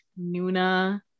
Nuna